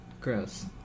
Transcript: gross